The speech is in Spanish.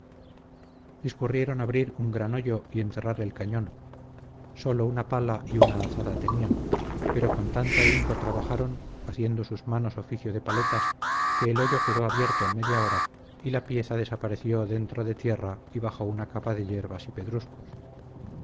discurrieron abrir un gran hoyo y enterrar el cañón sólo una pala y una azada tenían pero con tanto ahínco trabajaron haciendo sus manos oficio de paletas que el hoyo quedó abierto en media hora y la pieza desapareció dentro de tierra y bajo una capa de yerbas y